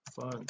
fun